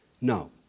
No